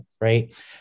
right